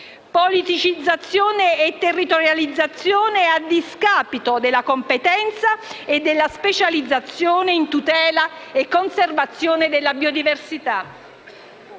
politicizzazione e territorializzazione a discapito della competenza e della specializzazione in tutela e conservazione della biodiversità.